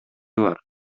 бар